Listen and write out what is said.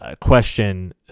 question